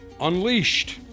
Unleashed